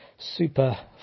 Super